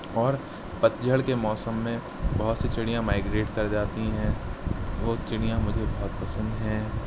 اور پتجھڑ کے موسم میں بہت سی چڑیاں مائیگریٹ کر جاتی ہیں بہت چڑیاں مجھے بہت پسند ہیں